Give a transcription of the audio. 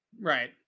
Right